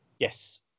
Yes